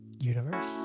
universe